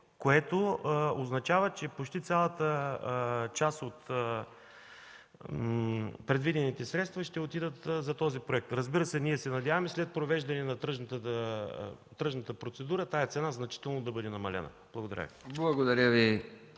Това означава, че почти цялата част от предвидените средства ще отидат за този проект. Разбира се, ние се надяваме, че след провеждане на тръжната процедура, тази цена значително да бъде намалена. Благодаря.